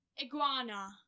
Iguana